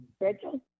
Rachel